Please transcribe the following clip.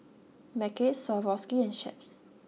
Mackays Swarovski and Chaps